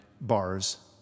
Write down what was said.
bars